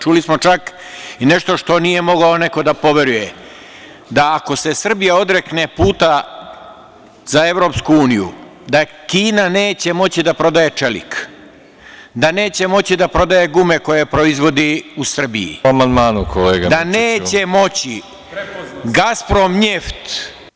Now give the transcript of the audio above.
Čuli smo čak i nešto što nije mogao neko da poveruje, da ako se Srbija odrekne puta za EU da Kina neće moći da prodaje čelik, da neće moći da prodaje gume koje proizvodi u Srbiji… (Predsedavajući: Po amandmanu kolega Mirčiću.) Neće moći „Gasprom njeft“